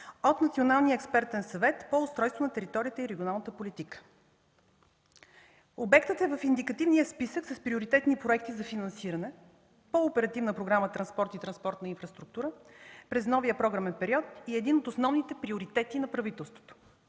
от Националния експертен съвет по устройство на територията и регионалната политика. Обектът е в индикативния списък с приоритетни проекти за финансиране по Оперативна програма „Транспорт и транспортна инфраструктура” през новия програмен период и е един от основните приоритети на правителството.